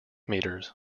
meters